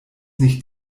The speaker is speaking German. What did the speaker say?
nicht